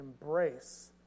embrace